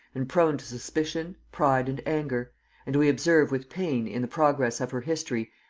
and prone to suspicion, pride and anger and we observe with pain in the progress of her history,